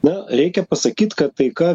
na reikia pasakyt kad taika